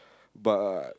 but